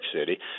City